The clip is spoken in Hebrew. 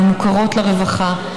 היו מוכרות לרווחה,